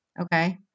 okay